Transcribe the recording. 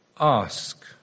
ask